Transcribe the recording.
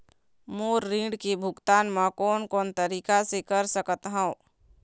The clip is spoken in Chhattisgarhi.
मोर ऋण के भुगतान म कोन कोन तरीका से कर सकत हव?